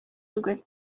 түгел